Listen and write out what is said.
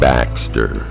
Baxter